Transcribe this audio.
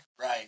Right